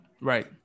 Right